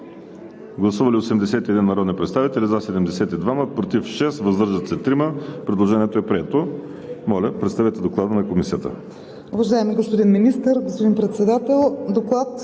Гласували 81 народни представители: за 72, против 6, въздържали се 3. Предложението е прието. Моля, представете Доклада на Комисията.